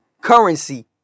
Currency